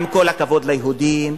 עם כל הכבוד ליהודים,